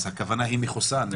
אז הכוונה היא "מחוסן".